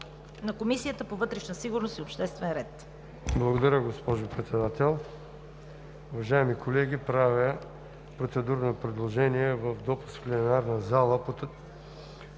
г., Комисията по вътрешна сигурност и обществен ред